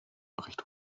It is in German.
bericht